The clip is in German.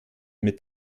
mit